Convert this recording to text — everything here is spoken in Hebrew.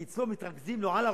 כי אצלו מתרכזים על הראש,